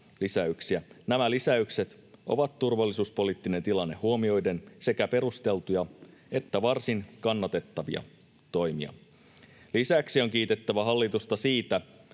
Nämä lisäykset ovat turvallisuuspoliittinen tilanne huomioiden sekä perusteltuja että varsin kannatettavia toimia. Lisäksi on kiitettävä hallitusta siitä,